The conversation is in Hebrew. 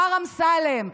מר אמסלם,